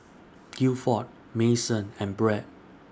Gilford Mason and Bret